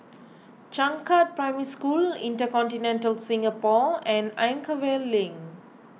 Changkat Primary School Intercontinental Singapore and Anchorvale Link